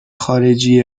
خارجی